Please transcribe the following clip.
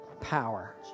power